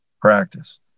practice